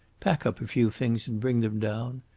pack up a few things and bring them down.